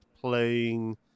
playing